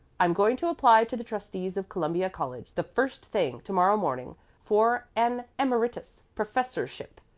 i'm going to apply to the trustees of columbia college the first thing to-morrow morning for an emeritus professorship,